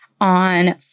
on